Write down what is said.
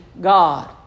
God